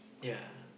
ya